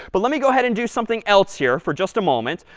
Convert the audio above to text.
but let me go ahead and do something else here for just a moment.